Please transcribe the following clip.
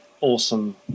awesome